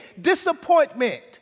disappointment